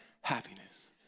happiness